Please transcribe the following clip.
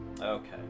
Okay